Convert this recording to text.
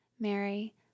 Mary